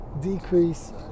decrease